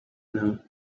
now